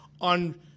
on